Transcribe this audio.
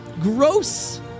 gross